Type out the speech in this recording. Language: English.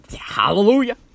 Hallelujah